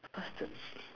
faster